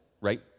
right